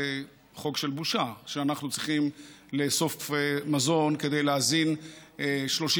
זה חוק של בושה שאנחנו צריכים לאסוף מזון כדי להזין 30%